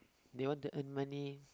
they want to earn money